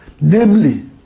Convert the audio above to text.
namely